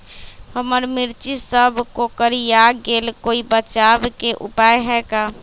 हमर मिर्ची सब कोकररिया गेल कोई बचाव के उपाय है का?